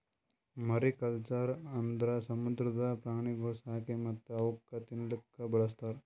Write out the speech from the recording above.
mariculture ಅಂದುರ್ ಸಮುದ್ರದ ಪ್ರಾಣಿಗೊಳ್ ಸಾಕಿ ಮತ್ತ್ ಅವುಕ್ ತಿನ್ನಲೂಕ್ ಬಳಸ್ತಾರ್